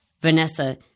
Vanessa